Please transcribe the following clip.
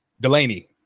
Delaney